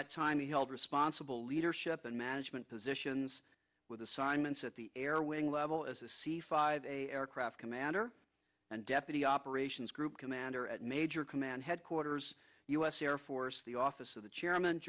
that time he held responsible leadership and management positions with assignments at the airwing level as a c five a aircraft commander and deputy operations group commander at major command headquarters u s air force the office of the chairman